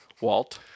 Walt